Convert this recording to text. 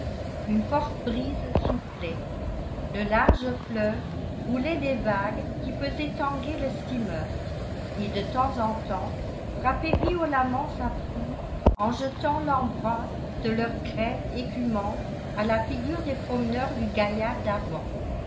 une forte brise soufflait le large fleuve roulait des vagues qui faisaient tanguer le steamer et de temps en temps frappaient violemment sa proue en jetant l'embrun de leurs crêtes écumantes à la figure des promeneurs du gaillard d'avant